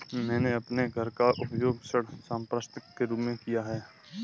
मैंने अपने घर का उपयोग ऋण संपार्श्विक के रूप में किया है